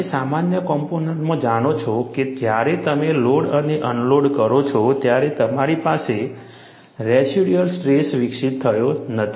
તમે સામાન્ય કોમ્પોનન્ટમાં જાણો છો કે જ્યારે તમે લોડ અને અનલોડ કરો છો ત્યારે તમારી પાસે રેસિડ્યુઅલ સ્ટ્રેસ વિકસિત થતો નથી